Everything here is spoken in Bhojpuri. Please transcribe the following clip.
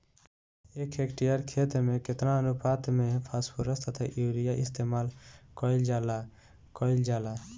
एक हेक्टयर खेत में केतना अनुपात में फासफोरस तथा यूरीया इस्तेमाल कईल जाला कईल जाला?